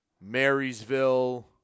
Marysville